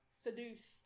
seduced